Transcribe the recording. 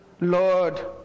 Lord